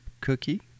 cookie